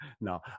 No